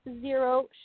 Zero